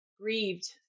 grieved